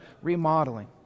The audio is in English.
remodeling